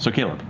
so caleb.